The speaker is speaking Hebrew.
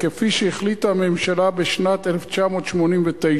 כפי שהחליטה הממשלה בשנת 1998,